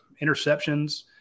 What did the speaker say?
interceptions